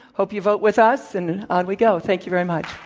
hope you vote with us, and on we go. thank you very much.